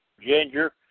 ginger